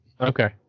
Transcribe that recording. okay